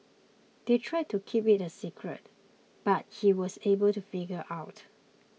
they tried to keep it a secret but he was able to figure out